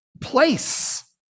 place